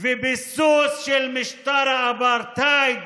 וביסוס של משטר האפרטהייד,